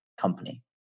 company